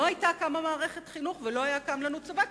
לא היתה קמה מערכת חינוך ולא היה קם לנו צבא,